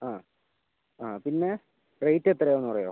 അതെ പിന്നെ റേറ്റ് എത്രയാന്ന് പറയുമോ